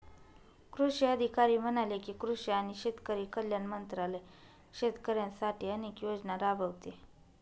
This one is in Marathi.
कृषी अधिकारी म्हणाले की, कृषी आणि शेतकरी कल्याण मंत्रालय शेतकऱ्यांसाठी अनेक योजना राबवते